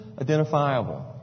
identifiable